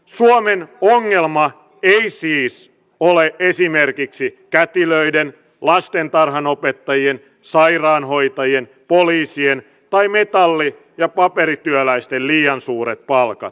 suomen ongelma ei siis ole esimerkiksi kätilöiden lastentarhanopettajien sairaanhoitajien poliisien tai metalli ja paperityöläisten liian suuret palkat